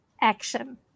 action